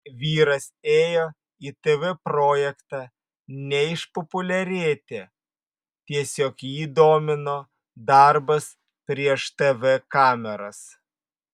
vyras ėjo į tv projektą ne išpopuliarėti tiesiog jį domino darbas prieš tv kameras